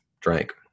drank